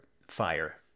fire